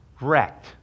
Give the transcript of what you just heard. wrecked